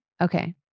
Okay